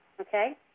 Okay